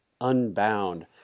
Unbound